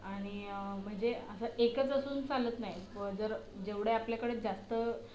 आणि म्हणजे असं एकच असून चालत नाही जर जेवढे आपल्याकडे जास्त